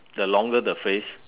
the longer the phrase